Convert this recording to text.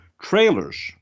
trailers